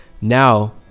now